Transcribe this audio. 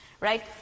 right